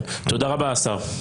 תודה רבה, השר.